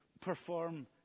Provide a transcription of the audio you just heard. perform